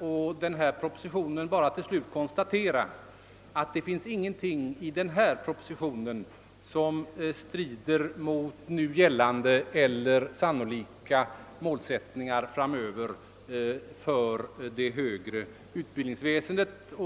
i denna proposition bara till slut framhålla, att det inte finns någonting i denna proposition som strider mot nu gällande eller sannolika målsättningar framöver för det högre utbildningsväsendet.